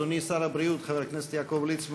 אדוני שר הבריאות, חבר הכנסת יעקב ליצמן,